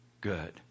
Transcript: good